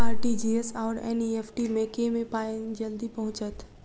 RTGS आओर NEFT मे केँ मे पानि जल्दी पहुँचत